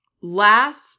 last